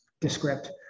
Descript